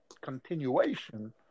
continuation